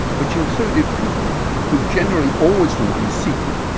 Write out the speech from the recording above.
which included people who generally always remained seated,